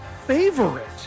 Favorite